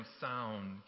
sound